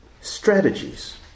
strategies